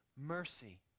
mercy